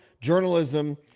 journalism